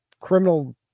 Criminal